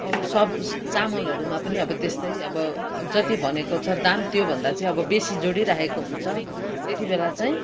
अरू सब चामलहरूमा पनि अब त्यस्तै अब जति भनेको छ दाम त्यो भन्दा चाहिँ अब बेसी जोडी राखेको हुन्छ त्यति बेला चाहिँ